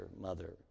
mother